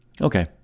Okay